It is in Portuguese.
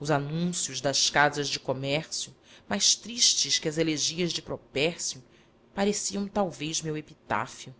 os anúncios das casas de comércio mais tristes que as elegais de propércio pareciam talvez meu epitáfio